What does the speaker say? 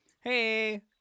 Hey